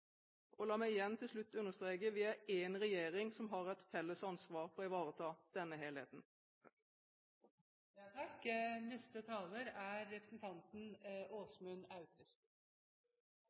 og moderniseringsdepartementet. La meg til slutt igjen understreke: Vi er én regjering som har et felles ansvar for å ivareta denne helheten.